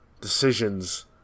decisions